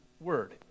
word